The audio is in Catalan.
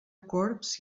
corbs